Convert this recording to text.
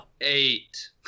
Eight